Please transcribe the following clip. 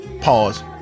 Pause